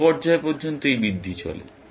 কোন পর্যায় পর্যন্ত এই বৃদ্ধি চলে